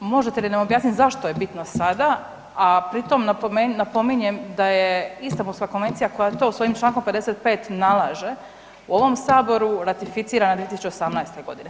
Možete li nam objasniti zašto je bitno sada, a pri tom napominjem da je Istambulska konvencija koja to svojim Člankom 55. nalaže u ovom saboru ratificiranja 2018. godine.